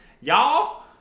Y'all